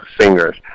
singers